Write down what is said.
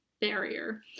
barrier